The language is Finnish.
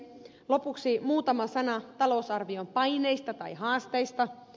lopuksi muutama sana talousarvion paineista tai haasteista